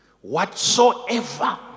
whatsoever